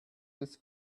this